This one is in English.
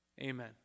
Amen